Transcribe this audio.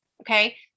okay